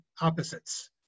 opposites